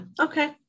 Okay